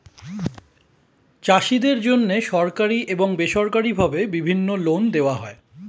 চাষীদের জন্যে সরকারি এবং বেসরকারি ভাবে বিভিন্ন লোন দেওয়া হয়